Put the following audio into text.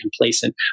complacent